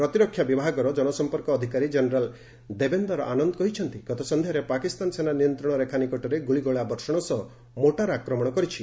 ପ୍ରତିରକ୍ଷା ବିଭାଗର ଜନସମ୍ପର୍କ ଅଧିକାରୀ ଜେନେରାଲ୍ ଦେବେନ୍ଦର ଆନନ୍ଦ କହିଛନ୍ତି ଗତସନ୍ଧ୍ୟାରେ ପାକିସ୍ତାନ ସେନା ନିୟନ୍ତ୍ରଣ ରେଖା ନିକଟରେ ଗୁଳିଗୋଳା ବର୍ଷଣ ସହ ମୋର୍ଟାର ଆକ୍ରମଣ କରିଛି